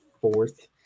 fourth